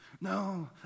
no